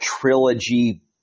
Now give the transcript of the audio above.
trilogy